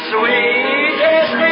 Sweetest